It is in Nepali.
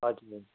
हजुर